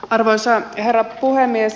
arvoisa herra puhemies